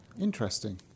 interesting